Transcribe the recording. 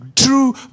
true